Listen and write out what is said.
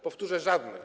Powtórzę, żadne.